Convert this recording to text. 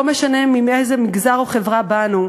לא משנה מאיזה מגזר או חברה באנו.